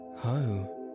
Ho